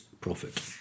profit